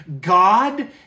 God